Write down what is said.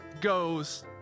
goes